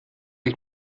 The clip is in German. ich